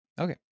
Okay